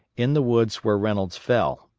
in the woods where reynolds fell,